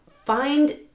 Find